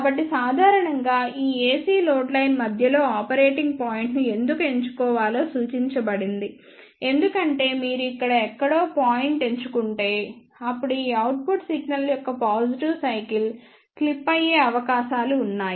కాబట్టి సాధారణంగా ఈ AC లోడ్ లైన్ మధ్యలో ఆపరేటింగ్ పాయింట్ను ఎందుకు ఎంచుకోవాలో సూచించబడింది ఎందుకంటే మీరు ఇక్కడ ఎక్కడో పాయింట్ ఎంచుకుంటే అప్పుడు ఈ అవుట్పుట్ సిగ్నల్ యొక్క పాజిటివ్ సైకిల్ క్లిప్ అయ్యే అవకాశాలు ఉన్నాయి